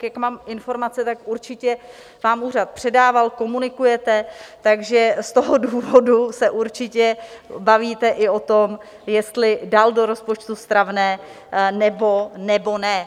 Jak mám informace, tak vám určitě úřad předával, komunikujete, takže z toho důvodu se určitě bavíte i o tom, jestli dal do rozpočtu stravné, nebo ne.